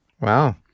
Wow